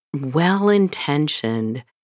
well-intentioned